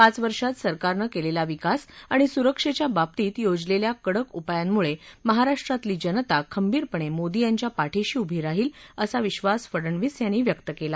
पाच वर्षात सरकारनं केलेला विकास आणि सुरक्षेच्या बाबतीत योजलेल्या कडक उपायामुळे महाराष्ट्रातली जनता खंबीरपणे मोदी यांच्या पाठिशी उभी राहील असा विश्वास फडनवीस यांनी व्यक्त केला